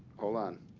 hold on.